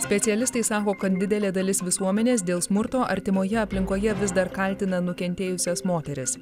specialistai sako kad didelė dalis visuomenės dėl smurto artimoje aplinkoje vis dar kaltina nukentėjusias moteris